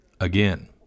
Again